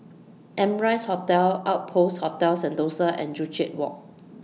Amrise Hotel Outpost Hotel Sentosa and Joo Chiat Walk